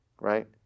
right